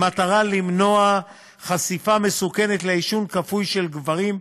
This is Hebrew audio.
במטרה למנוע חשיפה מסוכנת לעישון כפוי של גברים,